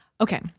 Okay